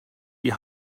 die